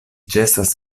ĉesas